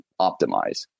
optimize